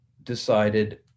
decided